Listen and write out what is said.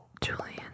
Julian